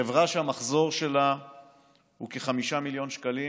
חברה שהמחזור שלה הוא כ-5 מיליון שקלים